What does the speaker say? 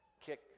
kick